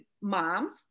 moms